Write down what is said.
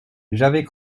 j’avais